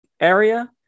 area